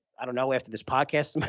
i don't know after this podcast,